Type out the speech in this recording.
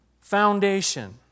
foundation